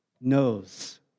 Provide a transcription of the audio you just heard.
knows